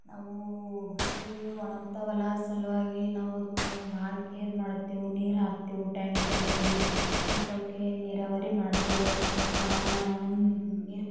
ಅವು ಬಿಸಿಲಿಗೆ ಒಣಗ್ತಾವಲ್ಲ ಅದ್ರ ಸಲುವಾಗಿ ನಾವು ಅದಕ್ಕೆ ಬಹಳ ಕೇರ್ ಮಾಡ್ತೇವೆ ನೀರು ಹಾಕ್ತೇವೆ ಟೈಮ್ ಟೈಮಿಗೆ ಮತ್ತು ಅವಕ್ಕೆ ನೀರಾವರಿ ಮಾಡ್ತೇವೆ ನೀರು